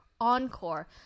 encore